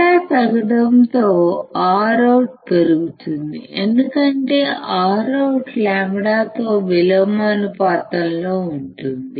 λ తగ్గడంతో ROUT పెరుగుతుంది ఎందుకంటే ROUT λ తో విలోమానుపాతంలో ఉంటుంది